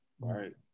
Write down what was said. Right